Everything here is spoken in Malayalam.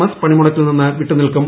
എസ് പണിമുടക്കിൽ നിന്ന് വിട്ടു നിൽക്കും